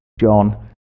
John